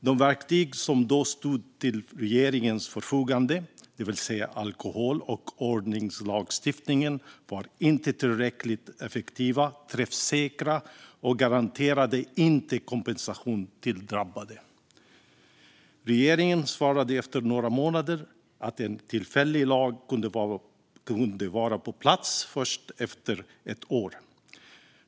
De verktyg som då stod till regeringens förfogande, det vill säga alkohol och ordningslagstiftningen, var inte tillräckligt effektiva och träffsäkra och garanterade inte kompensation till drabbade. Regeringen svarade efter några månader att en tillfällig lag kunde vara på plats först efter ett år.